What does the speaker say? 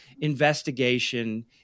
investigation